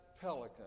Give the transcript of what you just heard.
pelican